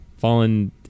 fallen